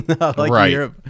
Right